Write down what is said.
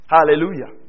Hallelujah